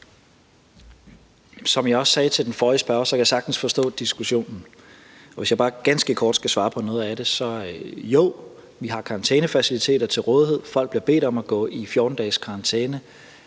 Som jeg også sagde til den forrige spørgere, kan jeg sagtens forstå diskussionen. Og hvis jeg bare ganske kort skal svare på noget af det, vil jeg sige: Jo, vi har karantænefaciliteter til rådighed, og folk bliver bedt om at gå i 14 dages karantæne,